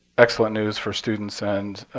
excellent news for students and